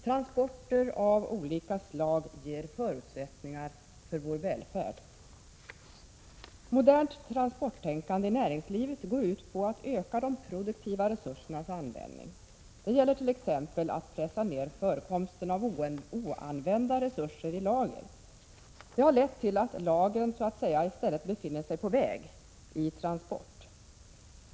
Transporter av olika slag ger förutsättningar för vår välfärd. Modernt transporttänkande i näringslivet går ut på att öka de produktiva resursernas användning. Det gäller t.ex. att pressa ner förekomsten av oanvända resurser i lager. Det har lett till att lagren så att säga i stället befinner sig på väg, i transport.